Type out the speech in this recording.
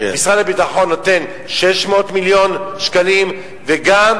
משרד הביטחון נותן 600 מיליון שקלים וגם